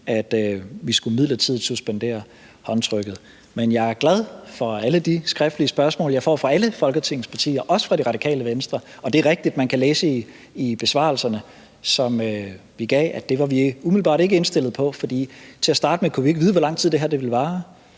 at vi midlertidigt skulle suspendere håndtrykket. Men jeg er glad for alle de skriftlige spørgsmål fra alle Folketingets partier, også fra Det Radikale Venstre, og det er rigtigt, at man kan læse i besvarelserne, som vi gav, at det var vi umiddelbart ikke indstillet på, fordi vi til at starte med ikke kunne vide, hvor lang tid det her ville vare.